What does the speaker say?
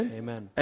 amen